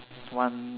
one